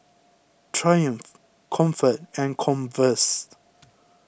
Triumph Comfort and Converse